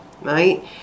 right